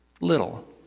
little